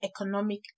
economic